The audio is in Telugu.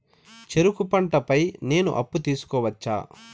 చెరుకు పంట పై నేను అప్పు తీసుకోవచ్చా?